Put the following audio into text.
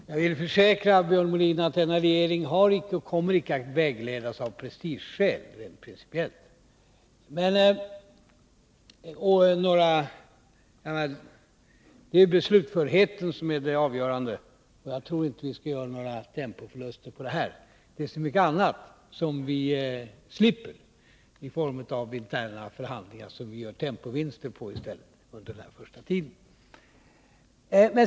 Herr talman! Jag vill försäkra Björn Molin att denna regering icke har vägletts och icke kommer att vägledas av prestigeskäl rent principiellt. Det är beslutförheten som är det avgörande. Jag tror inte att vi kommer att göra några tempoförluster på grund av denna omorganisation. Det är så mycket annat som vi slipper i form av interna förhandlingar och som vi i stället gör tempovinster på under den första tiden.